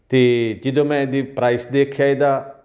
ਅਤੇ ਜਦੋਂ ਮੈਂ ਇਹਦਾ ਪ੍ਰਾਈਸ ਦੇਖਿਆ ਇਹਦਾ